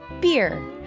beer